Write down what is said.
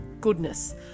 goodness